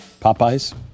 Popeye's